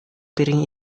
piring